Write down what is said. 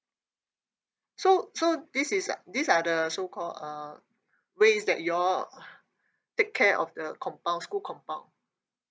so so this is are this are the the so called uh ways that you all take care of the compound school compound